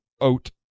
Oat